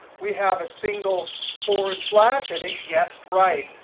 we have a single forward slash. and it guessed right.